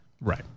Right